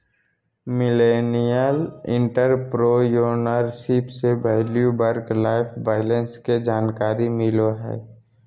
millennial entrepreneurship से value work life balance के जानकारी मिलो हय